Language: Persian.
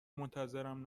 منتظرم